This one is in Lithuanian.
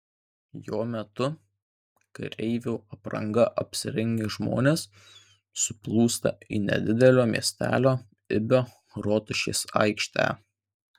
jo metu kareivių apranga apsirengę žmonės suplūsta į nedidelio miestelio ibio rotušės aikštę